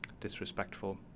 disrespectful